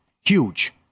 Huge